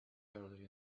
early